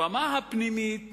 ברמה הפנימית